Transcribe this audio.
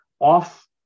off